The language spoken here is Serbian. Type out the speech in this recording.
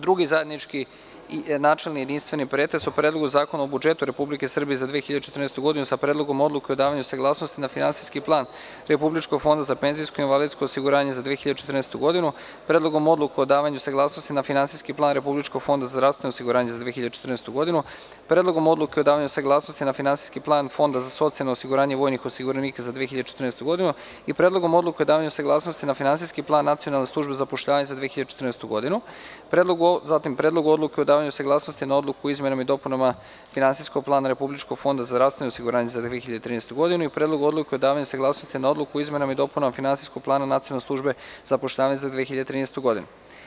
Drugi zajednički načelni i jedinstveni pretres o: Predlogu zakona o budžetu Republike Srbije za 2014. godinu sa Predlogom odluke o davanju saglasnosti na Finansijski plan Republičkog fonda za penzijsko i invalidsko osiguranje za 2014. godinu, Predlogom odluke o davanju saglasnosti na Finansijski plan Republičkog fonda za zdravstveno osiguranje za 2014. godinu, Predlogom odluke o davanju saglasnosti na Finansijski plan Fonda za socijalno osiguranje vojnih osiguranika za 2014. godinu i Predlogom odluke o davanju saglasnosti na Finansijski plan Nacionalne službe za zapošljavanje za 2014. godinu, Predlogu odluke o davanju saglasnosti na Odluku o izmenama i dopunama Finansijskog plana Republičkog fonda za zdravstveno osiguranje za 2013. godinu i Predlogu odluke o davanju saglasnosti na Odluku o izmenama i dopunama Finansijskog plana Nacionalne službe za zapošljavanje za 2013. godinu.